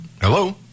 hello